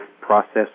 process